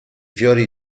fiori